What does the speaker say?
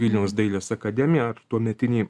vilniaus dailės akademiją ar tuometinį